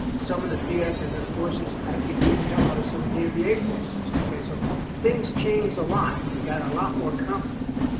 some of the pf and the forces actually beat the hell out of some of the nva forces. okay, so things changed a lot, they got a lot more competent.